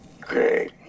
great